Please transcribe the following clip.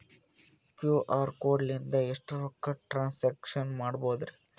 QR code ಲಿಂದ ಎಷ್ಟ ರೊಕ್ಕ ಟ್ರಾನ್ಸ್ಯಾಕ್ಷನ ಮಾಡ್ಬೋದ್ರಿ?